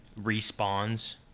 respawns